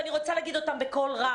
ואני רוצה להגיד אותם בקול רם.